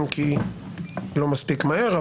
אם כי לא מספיק מהר,